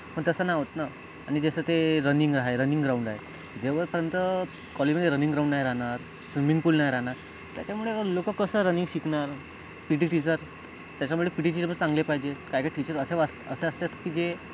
पण तसं नाही होत ना आणि जसं ते रनिंग आहे रनिंग ग्राऊंड आहे जेव्हापर्यन्त कॉलेजमध्ये रनिंग ग्राऊंड नाही राहणार स्विमिंग पूल नाही राहणार त्याच्यामुळे लोकं कसं रनिंग शिकणार पी टी टीचर त्याच्यामुळे पी टी टीचर पण चांगले पाहिजे काही काही टीचर असे असतात की जे